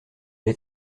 les